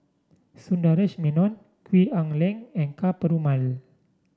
Sundaresh Menon Gwee Ah Leng and Ka Perumal